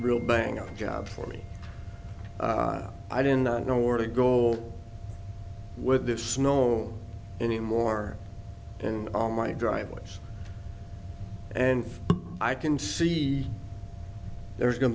real bang up job for me i didn't know where to go with this snow anymore and all my driveways and i can see there's going